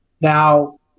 Now